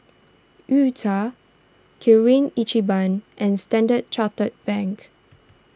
U Cha Kirin Ichiban and Standard Chartered Bank